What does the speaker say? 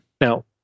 Now